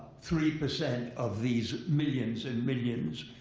three percent of these millions and millions